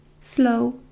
slow